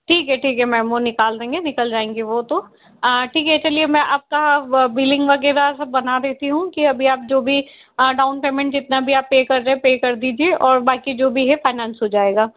ठीक है ठीक है मैम वो निकाल देंगे निकल जाएंगे वो तो ठीक है चलिए मैं आपका बिलिंग वगैरह सब बना देती हूँ कि अभी आप जो भी डाउन पेमेंट जितना भी आप पे कर रहे पे कर दीजिए और बाकि जो भी है फाइनेंस हो जाएगा